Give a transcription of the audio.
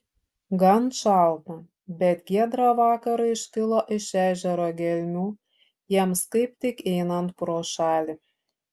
gan šaltą bet giedrą vakarą iškilo iš ežero gelmių jiems kaip tik einant pro šalį